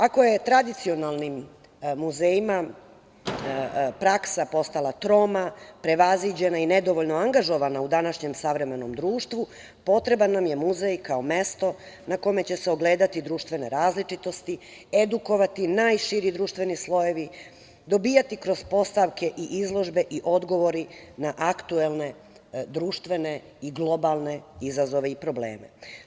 Ako je tradicionalnim muzejima praksa postala troma, prevaziđena i nedovoljno angažovana u današnjem savremenom društvu, potreban nam je muzej kao mesto na kome će se ogledati društvene različitosti, edukovati najširi društveni slojevi, dobijati kroz postavke i izložbe i odgovori na aktuelne društvene i globalne izazove i probleme.